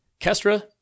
Kestra